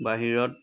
বাহিৰত